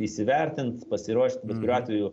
įsivertint pasiruošt bet kuriuo atveju